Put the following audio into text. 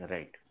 Right. (